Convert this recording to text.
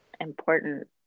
important